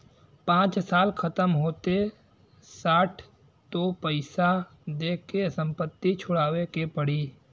पाँच साल खतम होते साठ तो पइसा दे के संपत्ति छुड़ावे के पड़ी